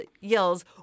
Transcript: yells